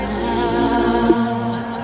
now